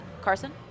Carson